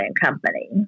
company